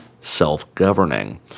self-governing